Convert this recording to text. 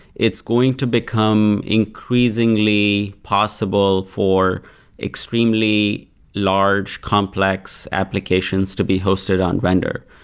it's going to become increasingly possible for extremely large complex applications to be hosted on render.